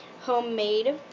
homemade